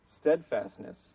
steadfastness